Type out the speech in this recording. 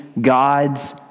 God's